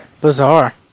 bizarre